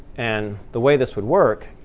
and the way this would work